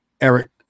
Eric